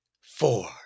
four